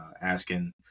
asking